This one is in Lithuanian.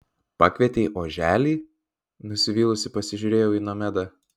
pakvietei oželį nusivylusi pasižiūrėjau į nomedą